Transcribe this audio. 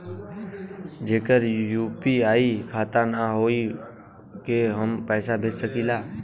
जेकर यू.पी.आई खाता ना होई वोहू के हम पैसा भेज सकीला?